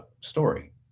story